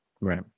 right